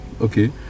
Okay